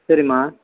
சரிம்மா